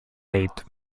weight